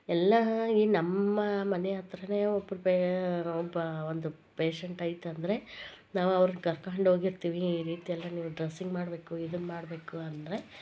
ಎಲ್ಲ ಈ ನಮ್ಮ ಮನೆ ಹತ್ತಿರನೇ ಒಬ್ಬರ ಬೇ ಒಬ್ಬ ಒಂದು ಪೇಷಂಟ್ ಇದೆಯಂದ್ರೆ ನಾವು ಅವ್ರನ್ನು ಕರ್ಕೊಂಡೋಗಿರ್ತಿವಿ ಈ ರೀತಿ ಎಲ್ಲ ನೀವು ಡ್ರಸ್ಸಿಂಗ್ ಮಾಡಬೇಕು ಇದನ್ನು ಮಾಡಬೇಕು ಅಂದರೆ